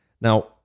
now